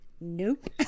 nope